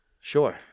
Sure